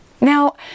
Now